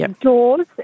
doors